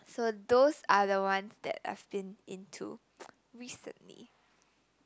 so those are the ones that I've been into recently